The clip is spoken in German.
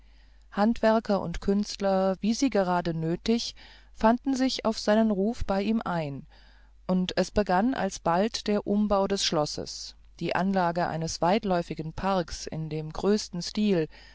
handwerker und künstler wie sie gerade nötig fanden sich auf seinen ruf bei ihm ein und es begann alsbald der umbau des schlosses die anlage eines weitläuftigen parks in dem größten stil